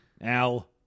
Al